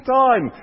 time